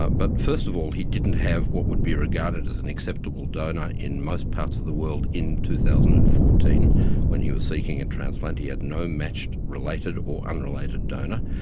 ah but first of all he didn't have what would be regarded as an acceptable donor in most parts of the world in two thousand and fourteen when he was seeking a transplant. he had no matched related or unrelated donor.